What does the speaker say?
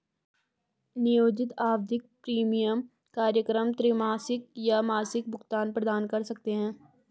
नियोजित आवधिक प्रीमियम कार्यक्रम त्रैमासिक या मासिक भुगतान प्रदान कर सकते हैं